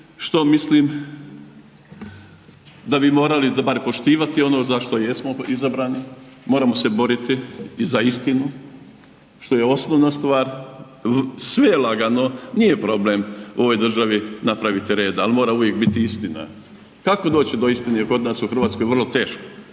Što mislim da bi morali bar poštivati ono za što jesmo izabrani, moramo se boriti i za istinu, što je osnovna stvar, sve je lagano, nije problem u ovoj državi napraviti reda ali mora uvijek biti istina. Kako doći do istine je kod nas u Hrvatskoj vrlo teško,